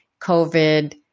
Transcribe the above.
COVID